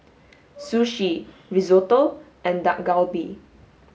sushi risotto and Dak Galbi